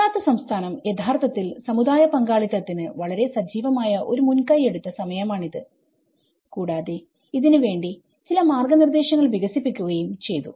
ഗുജറാത്ത് സംസ്ഥാനം യഥാർത്ഥത്തിൽ സമുദായ പങ്കാളിത്തതിന് വളരെ സജീവമായ ഒരു മുൻകൈ എടുത്ത സമയമാണിത് കൂടാതെ ഇതിന് വേണ്ടി ചില മാർഗനിർദ്ദേശങ്ങൾ വികസിപ്പിക്കുകയും ചെയ്തു